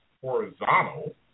horizontal